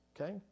okay